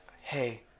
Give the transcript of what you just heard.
Hey